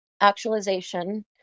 actualization